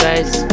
guys